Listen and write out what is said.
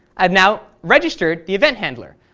i've now registered the event handler.